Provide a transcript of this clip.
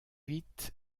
vite